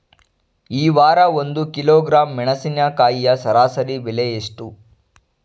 ಈ ವಾರ ಒಂದು ಕಿಲೋಗ್ರಾಂ ಮೆಣಸಿನಕಾಯಿಯ ಸರಾಸರಿ ಬೆಲೆ ಎಷ್ಟು?